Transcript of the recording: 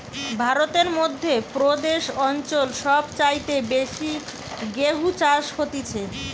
ভারতের মধ্য প্রদেশ অঞ্চল সব চাইতে বেশি গেহু চাষ হতিছে